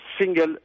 single